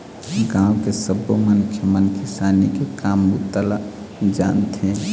गाँव के सब्बो मनखे मन किसानी के काम बूता ल जानथे